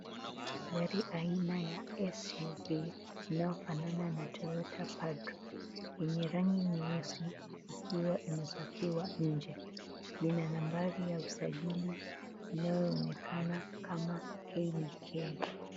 Gari aina ya Suv inayofanana na Toyota prado yenye rangi nyeusi ikiwa imepakiwa inje. Lina nambari ya usajili inayoonekana kama KDK.